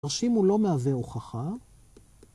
‫הנושאים הוא לא מהווה הוכחה.